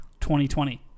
2020